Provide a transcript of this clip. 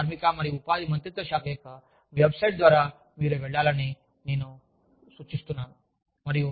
కానీ కార్మిక మరియు ఉపాధి మంత్రిత్వ శాఖ యొక్క వెబ్సైట్ ద్వారా మీరు వెళ్లాలని నేను సూచిస్తున్నాను